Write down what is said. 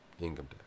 income